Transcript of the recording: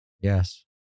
Yes